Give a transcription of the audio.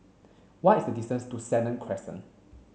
why is the distance to Senang Crescent